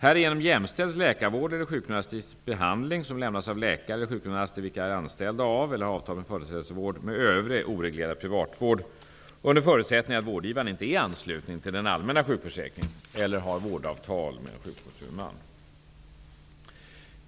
Härigenom jämställs läkarvård eller sjukgymnastisk behandling som lämnas av läkare eller sjukgymnaster vilka är anställda av eller har avtal med företagshälsovård med övrig oreglerad privatvård, under förutsättning att vårdgivaren inte är ansluten till den allmänna sjukförsäkringen eller har vårdavtal med en sjukvårdshuvudman.